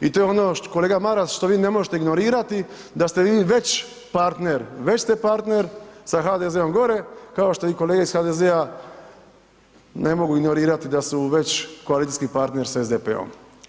i to je ono kolega Maras što vi ne možete ignorirati da ste vi već partner, već ste partner sa HDZ-om gore, kao što i kolege iz HDZ-a ne mogu ignorirati da su već koalicijski partner s SDP-om.